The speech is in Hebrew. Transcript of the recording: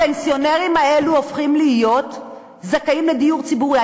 הפנסיונרים האלו הופכים להיות זכאים לדיור ציבורי.